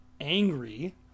angry